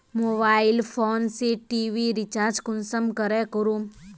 Mobile phone से TV recharge कुंसम करे करूम?